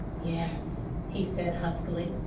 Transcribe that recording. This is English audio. yes, he said huskily.